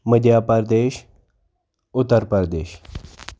Madhya Pradesh Uttar Pradesh